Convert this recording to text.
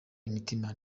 umutima